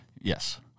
Yes